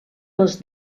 les